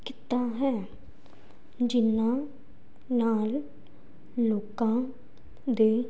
ਕੀਤਾ ਹੈ ਜਿਹਨਾ ਨਾਲ ਲੋਕਾਂ ਦੇ